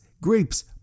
grapes